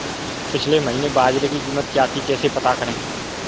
पिछले महीने बाजरे की कीमत क्या थी कैसे पता करें?